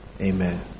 amen